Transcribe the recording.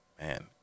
man